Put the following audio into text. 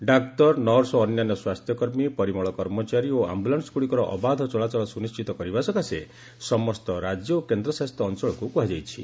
ଡାକ୍ତର nurse ଓ ଅନ୍ୟାନ୍ୟ ସ୍ୱାସ୍ଥ୍ୟକର୍ମୀ ପରିମଳ କର୍ମଚାରୀ ଓ ଆମ୍ଭୁଲାନ୍ସଗୁଡ଼ିକର ଅବାଧ ଚଳାଚଳ ସୁନିଣ୍ଡିତ କରିବା ସକାଶେ ସମସ୍ତ ରାଜ୍ୟ ଓ କେନ୍ଦ୍ରଶାସିତ ଅଞ୍ଚଳକୁ କୁହାଯାଇଛି